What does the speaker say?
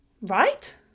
right